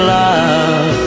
love